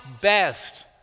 best